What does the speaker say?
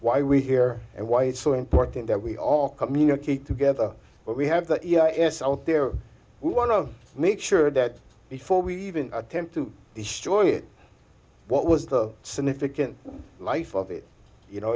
why we're here and why it's so important that we all communicate together but we have that you know it's out there we want to make sure that before we even attempt to destroy it what was the significant life of it you know